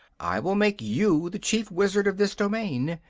i will make you the chief wizard of this domain.